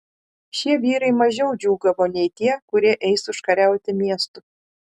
šie vyrai mažiau džiūgavo nei tie kurie eis užkariauti miestų